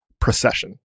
procession